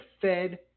Fed